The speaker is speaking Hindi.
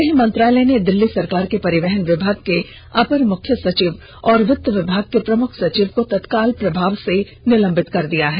गृह मंत्रालय ने दिल्ली सरकार के परिवहन विभाग के अपर मुख्य सचिव और वित्त विभाग के प्रमुख सचिव को तत्काल प्रभाव से निलंबित कर दिया है